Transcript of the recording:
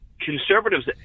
conservatives